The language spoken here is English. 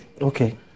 Okay